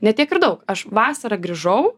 ne tiek ir daug aš vasarą grįžau